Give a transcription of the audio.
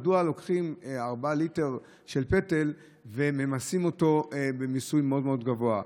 מדוע לוקחים 4 ליטר של פטל וממסים אותו במיסוי מאוד מאוד גבוה.